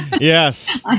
Yes